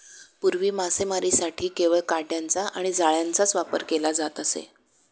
पूर्वी मासेमारीसाठी केवळ काटयांचा आणि जाळ्यांचाच वापर केला जात असे